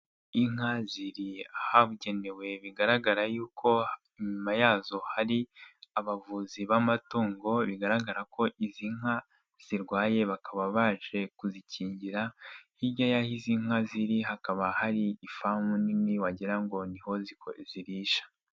Inka ziri ahabugenewe bigaragara ko inyuma yazo hari abavuzi b'amatungo, bigaragara ko izi nka zirwaye bakaba baje kuzikingira, hirya hari inka, hakaba hari ifamu nini wagira ngo niho zirisha.